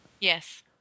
Yes